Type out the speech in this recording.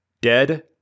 Dead